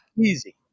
Easy